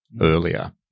earlier